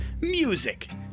music